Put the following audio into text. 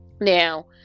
now